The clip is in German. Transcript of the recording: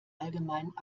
allgemein